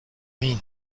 mean